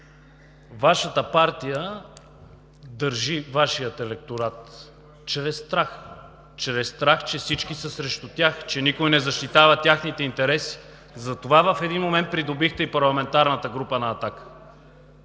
Вашата партия държи електорат Ви чрез страх – чрез страх, че всички са срещу тях, че никой не защитава техните интереси. Затова в един момент придобихте и парламентарната група на